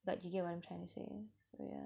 but you get what I'm trying to say so